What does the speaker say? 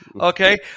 Okay